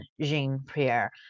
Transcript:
Jean-Pierre